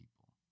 people